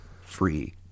free